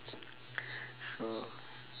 so